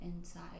inside